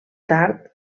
tard